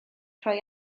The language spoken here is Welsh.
rhoi